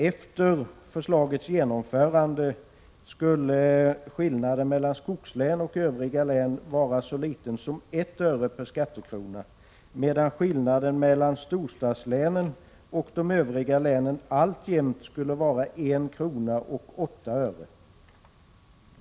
Efter förslagets genomförande skulle skillnaden mellan skogslän och övriga län vara så liten som 1 öre per skattekrona, medan skillnaden mellan storstadslän och övriga län alltjämt skulle vara 1,08 kr.